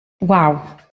Wow